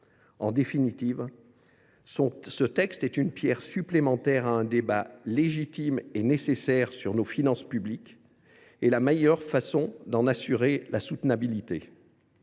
En définitive, ce texte apporte une pierre supplémentaire au débat légitime et nécessaire relatif à nos finances publiques et à la meilleure manière d’en assurer la soutenabilité.